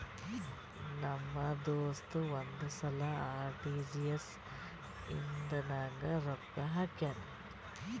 ನಮ್ ದೋಸ್ತ ಒಂದ್ ಸಲಾ ಆರ್.ಟಿ.ಜಿ.ಎಸ್ ಇಂದ ನಂಗ್ ರೊಕ್ಕಾ ಹಾಕ್ಯಾನ್